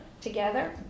together